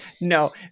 No